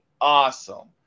awesome